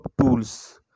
tools